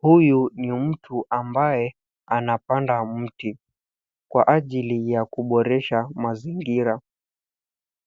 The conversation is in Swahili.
Huyu ni mtu ambaye anapanda mti kwa ajili ya kuboresha mazingira.